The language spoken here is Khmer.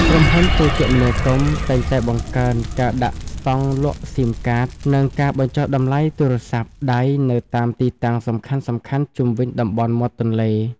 ក្រុមហ៊ុនទូរគមនាគមន៍តែងតែបង្កើនការដាក់ស្តង់លក់ស៊ីមកាត និងការបញ្ចុះតម្លៃទូរស័ព្ទដៃនៅតាមទីតាំងសំខាន់ៗជុំវិញតំបន់មាត់ទន្លេ។